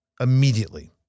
immediately